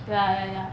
ya ya ya